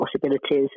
possibilities